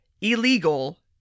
illegal